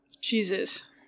Jesus